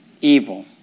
evil